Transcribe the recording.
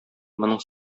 моның